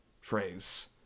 phrase